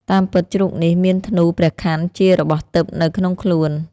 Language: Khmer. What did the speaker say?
តាមពិតជ្រូកនេះ មានធ្នួព្រះខ័នជារបស់ទិព្វនៅ ក្នុងខ្លួន